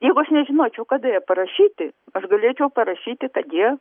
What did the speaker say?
jeigu aš nežinočiau kada jie parašyti aš galėčiau parašyti kad jie